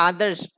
Others